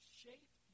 shape